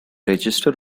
register